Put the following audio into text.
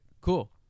Cool